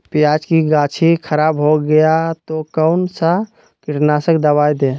प्याज की गाछी खराब हो गया तो कौन सा कीटनाशक दवाएं दे?